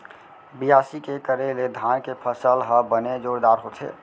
बियासी के करे ले धान के फसल ह बने जोरदार होथे